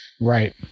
Right